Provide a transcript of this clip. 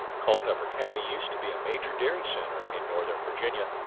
culpeper county used to be a major dairy center in northern virginia,